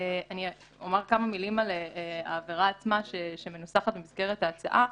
אני אומר כמה מלים על העבירה עצמה שמנוסחת במסגרת ההצעה.